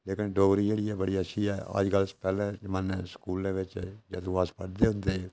लेकिन डोगरी जेह्ड़ी ऐ बड़ी अच्छी ऐ अज्जकल पैह्लें जमानै स्कूलै बिच्च जदूं अस पढ़दे होंदे हे